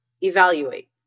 evaluate